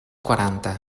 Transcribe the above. quaranta